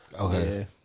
Okay